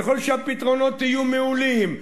ככל שהפתרונות יהיו מעולים,